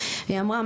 והיא אמרה,